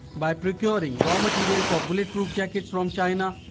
by procuring raw material for bullet proof jackets from china,